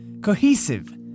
cohesive